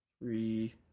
Three